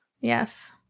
Yes